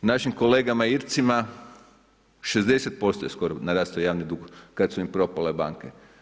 Našim kolegama Ircima 60% je skoro narastao javni dug kad su im propale banke.